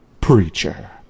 Preacher